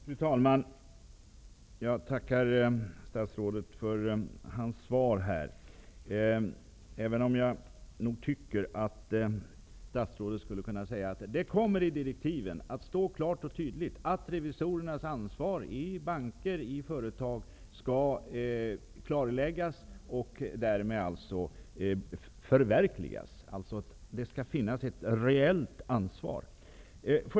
Fru talman! Jag tackar statsrådet för det kompletterande svaret. Jag tycker dock att statsrådet skulle kunna säga att det i direktiven kommer att stå klart och tydligt att revisorernas ansvar i banker och företag skall klarläggas och förverkligas, så att det med andra ord skall finnas ett reellt ansvar.